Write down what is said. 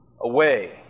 Away